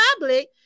public